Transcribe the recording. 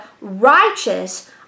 righteous